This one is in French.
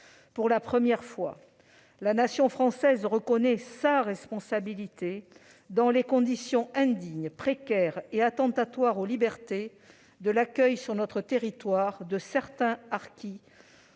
pour la première fois, la nation française reconnaît sa responsabilité dans les conditions indignes, précaires et attentatoires aux libertés pour l'accueil sur notre territoire de certains harkis,